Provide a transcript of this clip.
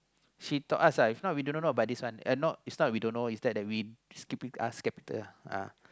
she thought us uh if not we don't know about this one uh is not we don't know is that we stupid ask capital